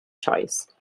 choice